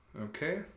Okay